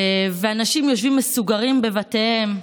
ואנשים יושבים מסוגרים בבתיהם,